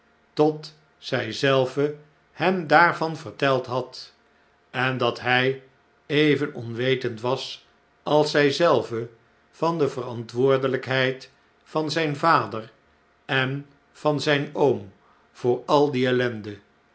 tot zij zelve hem daarvan verteld had en dat kg even onwetend was als zij zelve van de verantwoordelijkheid van zijn vader en van zn'n oom voor al die ellende